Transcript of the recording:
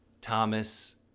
Thomas